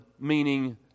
meaning